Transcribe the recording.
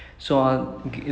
!wow! okay